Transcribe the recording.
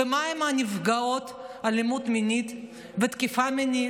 ומה עם נפגעות אלימות מינית ותקיפה מינית?